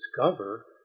discover